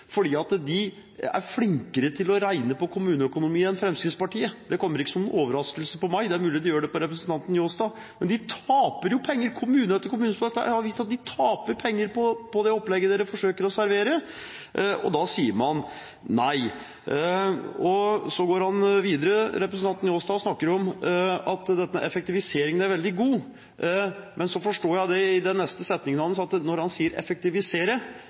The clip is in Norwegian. fordi de er flinkere til å regne på kommuneøkonomi enn Fremskrittspartiet. Det kommer ikke som noen overraskelse på meg, det er mulig det gjør det på representanten Njåstad, men det har vist seg at kommune etter kommune taper penger på det opplegget som forsøkes servert, og da sier man nei. Så går representanten Njåstad videre og snakker om at effektiviseringen er veldig god, men jeg forstår av den neste setningen hans at når han